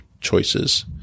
choices